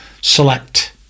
select